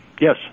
Yes